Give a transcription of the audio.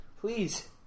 Please